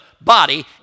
body